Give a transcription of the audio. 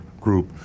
group